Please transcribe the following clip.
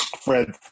Fred